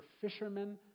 fishermen